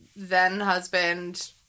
then-husband